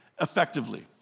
effectively